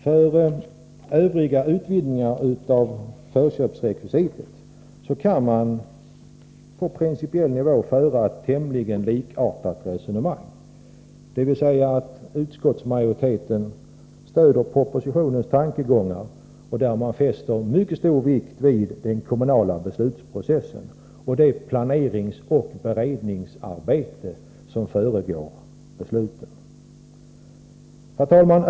För övriga utvidgningar av förköpsrekvisitet kan man på principiell nivå föra ett tämligen likartat resonemang, dvs. att utskottsmajoriteten stöder tankarna i propositionen och därvid fäster mycket stor vikt vid den kommunala beslutsprocessen och det planeringsoch beredningsarbete som föregår besluten. Herr talman!